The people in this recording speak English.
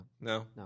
No